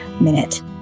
minute